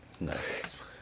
Nice